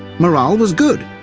morale was good,